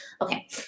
Okay